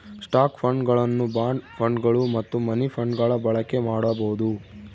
stock ಫಂಡ್ಗಳನ್ನು bond ಫಂಡ್ಗಳು ಮತ್ತು ಮನಿ ಫಂಡ್ಗಳ ಬಳಕೆ ಮಾಡಬೊದು